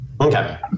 Okay